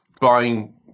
buying